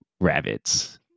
rabbits